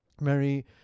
Mary